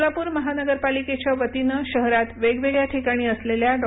सोलापूर महानगरपालिकेच्या वतीनं शहरात वेगवेगळ्या ठिकाणी असलेल्या डॉ